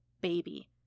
baby